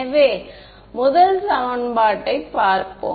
எனவே முதல் சமன்பாட்டைப் பார்ப்போம்